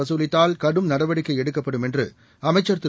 வசூலித்தால் கடும் நடவடிக்கைஎடுக்கப்படும் என்றுஅமைச்சர் திரு